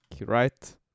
right